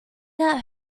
that